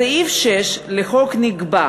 בסעיף 6 לחוק נקבע